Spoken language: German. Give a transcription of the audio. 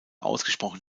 ausgesprochen